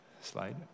slide